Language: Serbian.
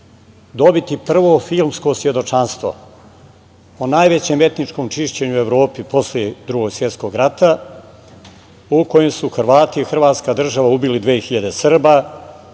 dobiti prvo filmsko svedočanstvo o najvećem etničkom čišćenju u Evropi posle Drugog svetskog rata u kojem su Hrvati i Hrvatska država ubili 2.000 Srba,